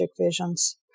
visions